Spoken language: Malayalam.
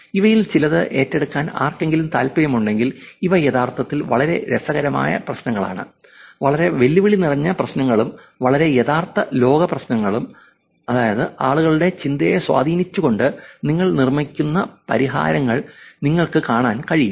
ഇവയിൽ ചിലത് ഏറ്റെടുക്കാൻ ആർക്കെങ്കിലും താൽപ്പര്യമുണ്ടെങ്കിൽ ഇവ യഥാർത്ഥത്തിൽ വളരെ രസകരമായ പ്രശ്നങ്ങളാണ് വളരെ വെല്ലുവിളി നിറഞ്ഞ പ്രശ്നങ്ങളും വളരെ യഥാർത്ഥ ലോക പ്രശ്നങ്ങളും അതായത് ആളുകളുടെ ചിന്തയെ സ്വാധീനിച്ചുകൊണ്ട് നിങ്ങൾ നിർമ്മിക്കുന്ന പരിഹാരങ്ങൾ നിങ്ങൾക്ക് കാണാൻ കഴിയും